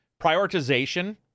prioritization